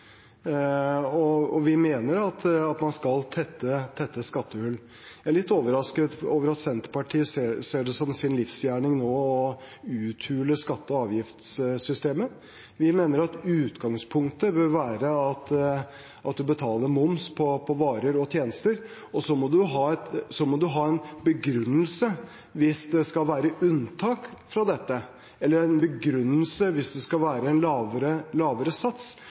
og vi mener at man skal tette skattehull. Jeg er litt overrasket over at Senterpartiet ser det som sin livsgjerning nå å uthule skatte- og avgiftssystemet. Vi mener at utgangspunktet bør være at man betaler moms på varer og tjenester, og så må man ha en begrunnelse hvis det skal være unntak fra dette, eller en begrunnelse hvis det skal være en lavere sats.